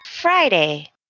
Friday